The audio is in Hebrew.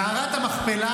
המכפלה,